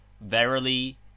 verily